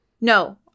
no